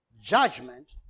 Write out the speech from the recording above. judgment